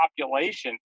population